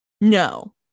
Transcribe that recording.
No